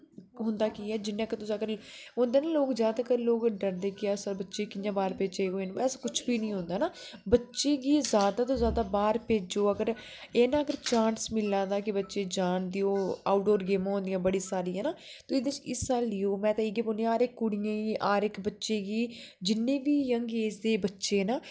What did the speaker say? होंदा के है जियां इक तुस होंदे दा न लोक डरदे कि अस साढ़े बच्चे गी कियां बाहर भेजचै जे बो ऐसा कुछ बी नेई होंदा ना बच्चे गी ज्यादा तू ज्यादा बाहर भ्जो अगर एह् ना अगर चाॅंस मिला दा बच्चे गी जान देओ आउट डोर गेमां होंदिया बडियां सारियां होंदियां एहदे च हिसा लेओ में तुसेंगी मुडे़ कुड़ियें गी हर इक बच्चे गी जिन्ने बी जंग एज दे बच्चे ना